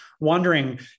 wondering